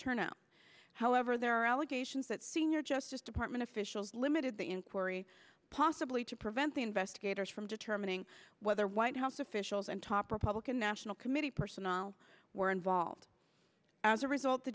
turnout however there are allegations that senior justice department officials limited the inquiry possibly to prevent the investigators from determining whether white house officials and top republican national committee personnel were involved as a result the